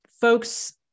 folks